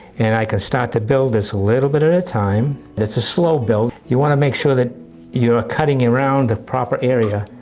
and i can start to build this a little bit at a time. it's a slow build. you want to make sure that you're ah cutting around the proper area.